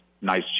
nice